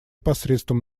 посредством